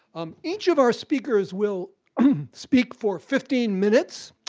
um each of our speakers will speak for fifteen minutes.